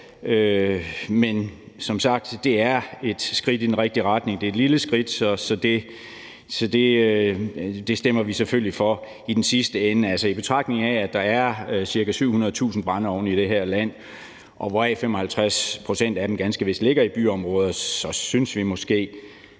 men som sagt er det et skridt i den rigtige retning – et lille skridt – så det stemmer vi selvfølgelig for i den sidste ende. I betragtning af at der er ca. 700.000 brændeovne i det her land, hvoraf 55 pct. ganske vist ligger i byområder, synes vi måske